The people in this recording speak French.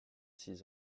six